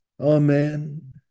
Amen